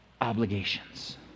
obligations